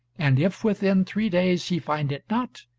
and if within three days he find it not,